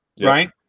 right